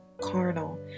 carnal